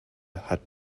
hat